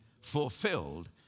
fulfilled